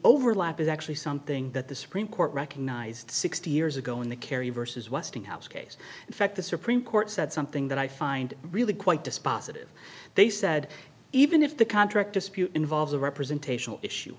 overlap is actually something that the supreme court recognized sixty years ago in the kerry vs westinghouse case in fact the supreme court said something that i find really quite dispositive they said even if the contract dispute involves a representational issue